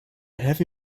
heavy